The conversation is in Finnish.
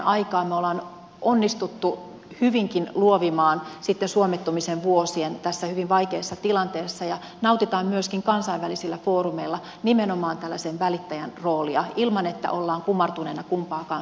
me olemme onnistuneet hyvinkin luovimaan sitten suomettumisen vuosien tässä hyvin vaikeassa tilanteessa ja nautimme myöskin kansainvälisillä foorumeilla nimenomaan tällaisen välittäjän roolia ilman että ollaan kumartuneena kumpaankaan suuntaan